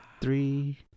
Three